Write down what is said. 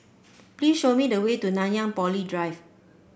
please show me the way to Nanyang Poly Drive